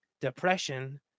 depression